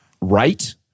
right